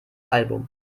album